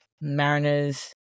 Mariners